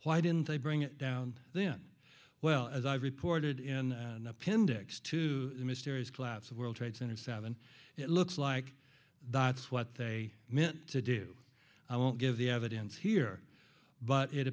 why didn't they bring it down then well as i've reported in an appendix to the mysterious collapse of world trade center seven it looks like that's what they meant to do i won't give the evidence here but it